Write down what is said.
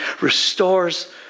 restores